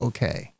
Okay